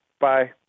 Bye